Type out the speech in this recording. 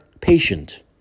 patient